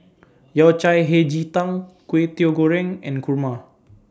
Yao Cai Hei Ji Tang Kway Teow Goreng and Kurma